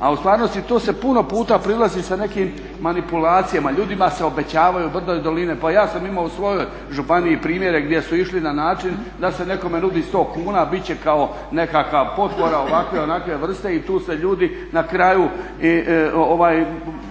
a u stvarnosti to se puno puta prilazi sa nekim manipulacijama, ljudima se obećavaju brda i doline. Pa ja sam imao u svojoj županiji primjere gdje su išli na način da se nekome nudi 100 kuna, bit će kao nekakve potpore, ovakve, onakve vrste i tu se ljudi na kraju